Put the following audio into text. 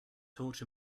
torch